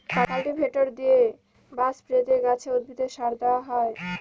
cultivator দিয়ে বা spray দিয়ে গাছে, উদ্ভিদে সার দেওয়া হয়